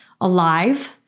Alive